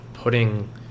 putting